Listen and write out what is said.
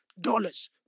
dollars